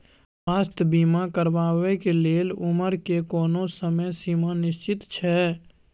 स्वास्थ्य बीमा करेवाक के लेल उमर के कोनो समय सीमा निश्चित छै?